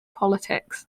politics